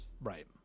Right